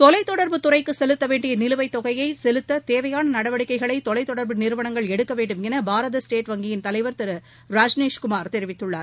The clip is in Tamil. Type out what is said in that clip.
தொலை தொடர்புத்துறைக்கு செலுத்த வேண்டிய நிலுவைத் தொகையை செலுத்த தேவையான நடவடிக்கைகளை தொலை தொடர்பு நிறுவனங்கள் எடுக்க வேண்டுமென பாரத ஸ்டேட் வங்கியின் தலைவர் ராஜ்நேஷ் குமார் தெரிவித்துள்ளார்